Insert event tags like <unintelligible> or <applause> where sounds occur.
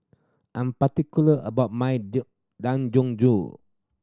I am particular about my <unintelligible> Dangojiru